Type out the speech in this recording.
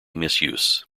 misuse